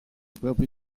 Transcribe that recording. propri